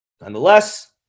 nonetheless